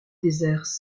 déserts